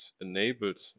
enabled